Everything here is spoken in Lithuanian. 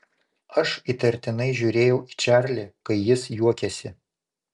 aš įtartinai žiūrėjau į čarlį kai jis juokėsi